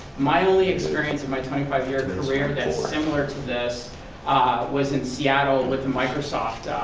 my only experience in my twenty five year career that's similar to this was in seattle with and microsoft